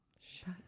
Shut